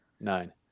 nine